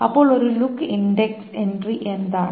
അപ്പോൾ ഒരു look index entry എന്താണ്